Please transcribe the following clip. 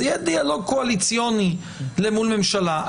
זה יהיה דיאלוג קואליציוני למול ממשלה.